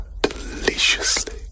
deliciously